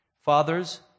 Fathers